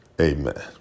amen